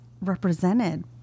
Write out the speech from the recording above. represented